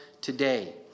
today